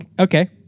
okay